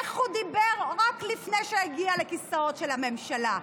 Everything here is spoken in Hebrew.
איך הוא דיבר רק לפני שהוא הגיע לכיסאות של הממשלה.